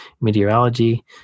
meteorology